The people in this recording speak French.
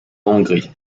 hongrie